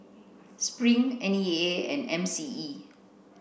Spring N E A and M C E